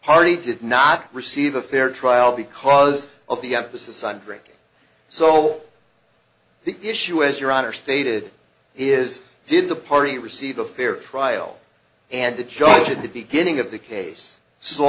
party did not receive a fair trial because of the emphasis on drink so all the issue is your honor stated he is did the party receive a fair trial and the judge at the beginning of the case s